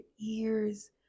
ears